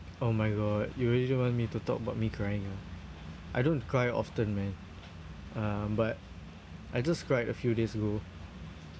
oh my god you really you want me to talk about me crying ah I don't cry often man um but I just cried a few days ago